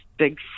big